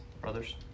Brothers